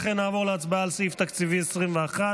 לכן נעבור להצבעה על סעיף תקציבי 21,